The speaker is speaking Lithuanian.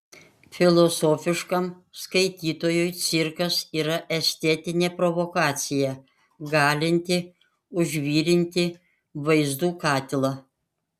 filosofiškam skaitytojui cirkas yra estetinė provokacija galinti užvirinti vaizdų katilą